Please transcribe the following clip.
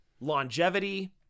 Longevity